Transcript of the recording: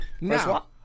now